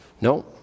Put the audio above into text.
No